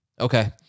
Okay